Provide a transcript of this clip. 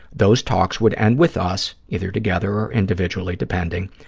those talks would end with us, either together or individually depending,